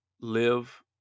live